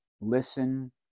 Listen